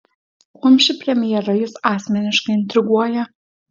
kuom ši premjera jus asmeniškai intriguoja